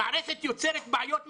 המערכת יוצרת בעיות משפחתיות,